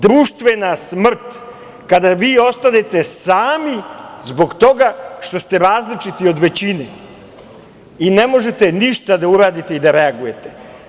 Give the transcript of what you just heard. Društvena smrt - kada vi ostanete sami zbog toga što ste različiti od većine i ne možete ništa da uradite, ni da reagujete.